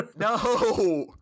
No